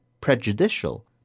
prejudicial